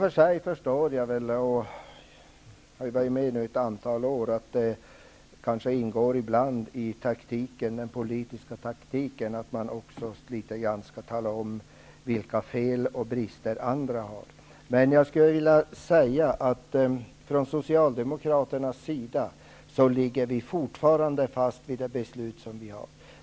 Jag förstår i och för sig att det ibland kan ingå i den politiska taktiken att tala om vilka fel och brister andra har -- jag har ju varit med ett antal år. Vi socialdemokrater står emellertid fortfarande kvar vid vårt förslag.